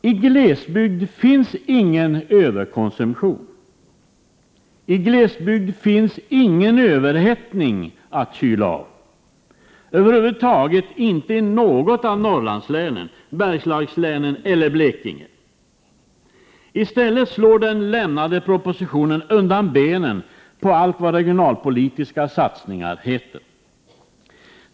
I glesbygd finns ingen överkonsumtion, ingen överhettning att kyla av — det finns över huvud taget inte i något av Norrlandslänen, Bergslagslänen eller Blekinge. I stället slår den lämnade propositionen undan benen på allt vad regionalpolitiska satsningar heter.